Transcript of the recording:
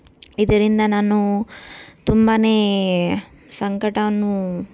ಇದರಿಂದ ನಾನು ತುಂಬಾ ಸಂಕಟವನ್ನು